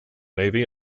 navy